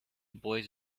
boys